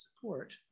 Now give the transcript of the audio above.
support